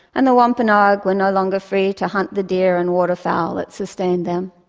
and the wampanoag were no longer free to hunt the deer and waterfowl that sustained them.